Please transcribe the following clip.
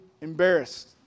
embarrassed